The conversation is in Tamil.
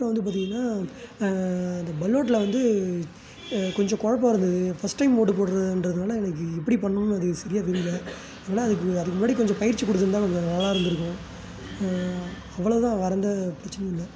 அப்புறோம் வந்து பார்த்தீங்கன்னா இந்த பலோட்டில் வந்து கொஞ்சம் குழப்பம் இருந்துது ஃபஸ்ட் டைம் ஓட்டுப் போடுறதுன்றதுனால எனக்கு எப்படி பண்ணணும் அதுக்கு சரியாக தெரியலை அதனால் அதுக்கு அதுக்கு முன்னாடி கொஞ்சம் பயிற்சி கொடுத்துருந்தா கொஞ்சம் நல்லா இருந்திருக்கும் அவ்வளோ தான் வேறு எந்த பிரச்சினையும் இல்லை